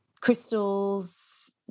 crystals